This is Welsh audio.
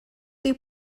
dyw